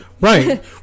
Right